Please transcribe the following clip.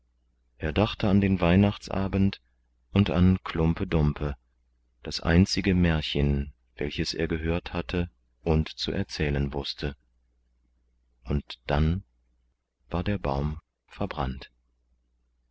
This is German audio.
er dachte an den weihnachtsabend und an klumpe dumpe das einzige märchen welches er gehört hatte und zu erzählen wußte und dann war der baum verbrannt